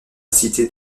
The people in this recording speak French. cité